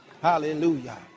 hallelujah